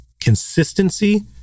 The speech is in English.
consistency